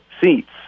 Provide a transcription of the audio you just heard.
seats